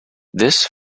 this